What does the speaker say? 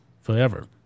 forever